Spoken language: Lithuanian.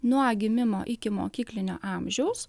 nuo gimimo iki mokyklinio amžiaus